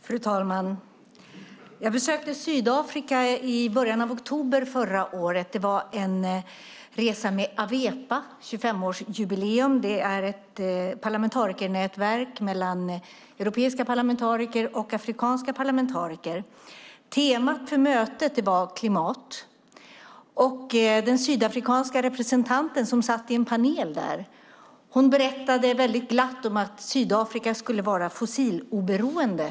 Fru talman! Jag besökte Sydafrika i början av oktober förra året. Det var en resa med Awepa som hade 25-årsjubileum. Det är ett parlamentarikernätverk mellan europeiska parlamentariker och afrikanska parlamentariker. Temat för mötet var klimatet. Den sydafrikanska representanten som satt i en panel där berättade väldigt glatt om att Sydafrika skulle vara fossiloberoende.